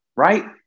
Right